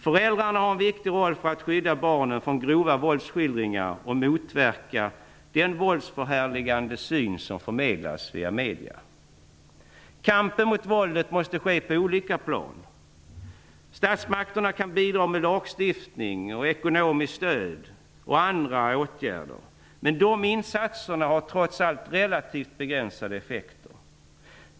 Föräldrarna har en viktig roll i att skydda barnen från grova våldsskildringar och motverka den våldsförhärligande syn som förmedlas via medierna. Kampen mot våldet måste ske på olika plan. Statsmakterna kan bidra med lagstiftning, ekonomiskt stöd och andra åtgärder. Men de insatserna har trots allt relativt begränsade effekter.